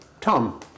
Tom